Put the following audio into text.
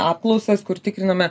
apklausas kur tikriname